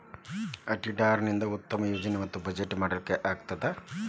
auditor ನಿಂದಾ ಉತ್ತಮ ಯೋಜನೆ ಮತ್ತ ಬಜೆಟ್ ಮಾಡ್ಲಿಕ್ಕೆ ಆಗ್ತದ